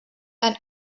and